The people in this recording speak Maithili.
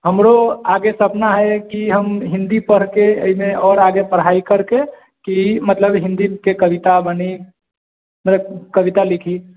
हमरो आगे सपना हय कि हम हिन्दी पढे के एहिमे आओर आगे पढाइ कर के कि मतलब हिन्दी के कविता बनी कविता लिखी